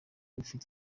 ufite